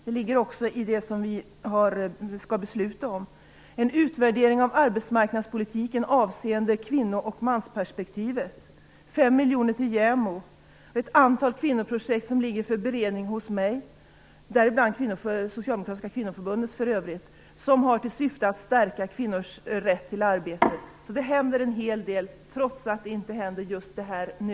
Det ligger också bland det vi skall besluta om. Det skall göras en utvärdering av arbetmarknadspolitiken avseende kvinno och mansperspektivet. Fem miljoner går till JÄMO. Ett antal kvinnoprojekt ligger för beredning hos mig, däribland Socialdemokratiska kvinnoförbundets, som har till syfte att stärka kvinnors rätt till arbete. Det händer en hel del, trots att det inte händer just nu.